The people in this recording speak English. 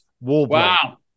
wow